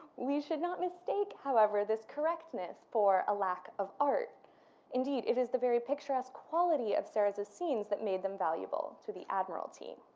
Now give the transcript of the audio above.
we should not mistake however this correctness for a lack of art indeed it is the very picturesque quality of serres's scenes that made them valuable to the admiralty.